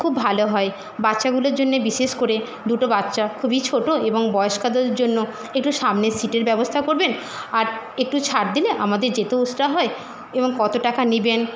খুব ভালো হয় বাচ্চাগুলোর জন্যে বিশেষ করে দুটো বাচ্চা খুবই ছোটো এবং বয়েস্কদের জন্য একটু সামনের সিটের ব্যবস্থা করবেন আর একটু ছাড় দিলে আমাদের যেতেও হয় এবং কতো টাকা নিবেন